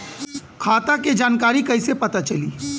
खाता के जानकारी कइसे पता चली?